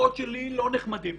הדוחות שלי לא נחמדים